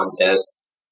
contests